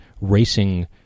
racing